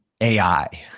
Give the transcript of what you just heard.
AI